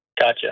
Gotcha